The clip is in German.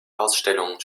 ausstellungen